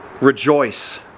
rejoice